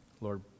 Lord